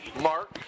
Mark